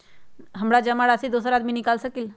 हमरा जमा राशि दोसर आदमी निकाल सकील?